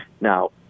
Now